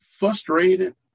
frustrated